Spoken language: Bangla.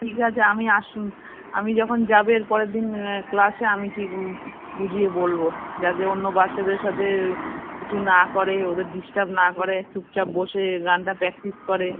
ঠিক আছে আমি আস আমি যখন যাবো এর পরের দিন ক্লাসে আমি ঠিক বুঝিয়ে বলবো যাতে অন্য বাচ্চাদের সাথে কিছু না করে ওদের ডিস্টার্ব না করে চুপচাপ বসে গানটা প্র্যাক্টিস করে